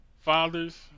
fathers